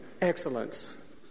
Excellence